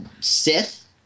Sith